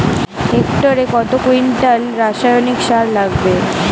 হেক্টরে কত কুইন্টাল রাসায়নিক সার লাগবে?